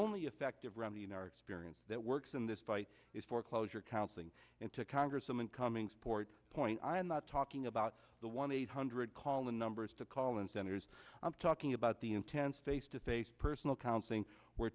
only effective remedy in our experience that works in this fight is foreclosure counseling and to congresswoman cummings port point i'm not talking about the one eight hundred call numbers to call and senators i'm talking about the intense face to face personal counseling where